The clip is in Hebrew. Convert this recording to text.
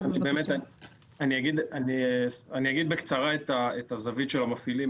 אני אגיד בקצרה את הזווית של המפעילים,